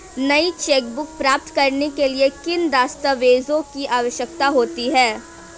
नई चेकबुक प्राप्त करने के लिए किन दस्तावेज़ों की आवश्यकता होती है?